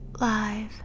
Live